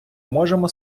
можемо